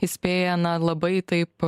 įspėja na labai taip